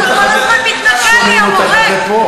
אתה כל הזמן מתנכל לי, שומעים אותך עד פה.